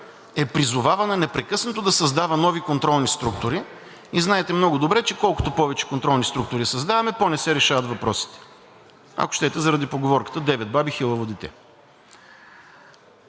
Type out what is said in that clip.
е призовавана непрекъснато да създава нови контролни структури и знаете много добре, че колкото повече контролни структури създаваме, пò не се решават въпросите, ако щете, заради поговорката: „Девет баби, хилаво дете!“